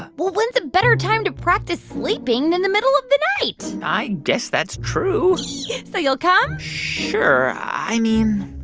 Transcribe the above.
ah well, when's a better time to practice sleeping than the middle of the night? i guess that's true so you'll come? sure. i mean,